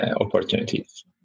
opportunities